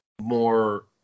more